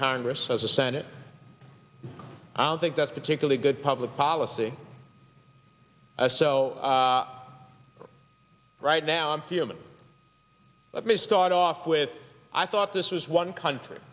congress as a senate i don't think that's particularly good public policy as so right now i'm feeling let me start off with i thought this was one country